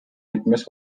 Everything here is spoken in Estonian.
mitmes